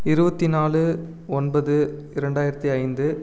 இருபத்தி நாலு ஒன்பது இரண்டாயிரத்தி ஐந்து